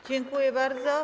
Dziękuję bardzo.